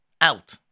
Out